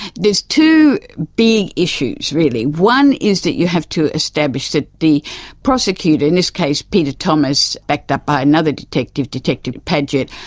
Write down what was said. two big issues really, one is that you have to establish that the prosecutor, in this case peter thomas, backed up by another detective, detective paget,